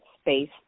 space